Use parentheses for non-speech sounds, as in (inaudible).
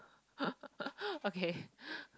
(laughs) okay